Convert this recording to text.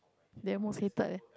they most hated eh